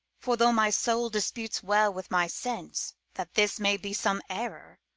for though my soul disputes well with my sense, that this may be some error,